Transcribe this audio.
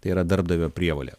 tai yra darbdavio prievolė